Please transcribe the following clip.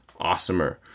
awesomer